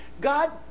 God